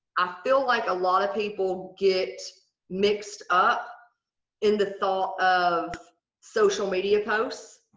i feel like a lot of people get mixed up in the thought of social media posts.